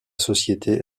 société